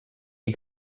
die